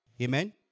Amen